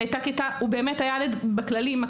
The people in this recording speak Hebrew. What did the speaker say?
הוא באמת היה ילד מקסים.